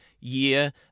year